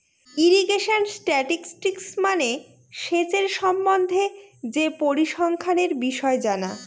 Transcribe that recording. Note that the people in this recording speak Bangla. ইরিগেশন স্ট্যাটিসটিক্স মানে সেচের সম্বন্ধে যে পরিসংখ্যানের বিষয় জানা